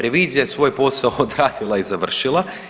Revizija je svoj posao odradila i završila.